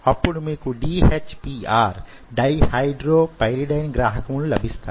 అప్పుడు మీకు D H P R - dihydropyridine గ్రాహకములు లభిస్తాయి